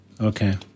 Okay